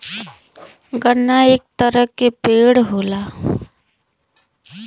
गन्ना एक तरे क पेड़ होला